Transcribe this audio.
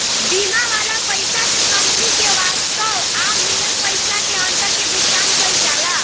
बीमा वाला पइसा से कंपनी के वास्तव आ मिलल पइसा के अंतर के भुगतान कईल जाला